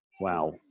wow